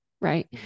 Right